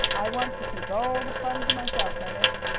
i want to keep all the fun to myself, ernest,